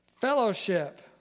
Fellowship